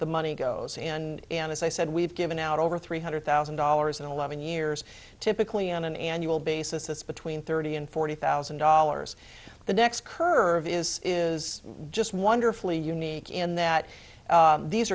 the money goes in and as i said we've given out over three hundred thousand dollars in eleven years typically on an annual basis that's between thirty and forty thousand dollars the next curve is is just wonderfully unique in that these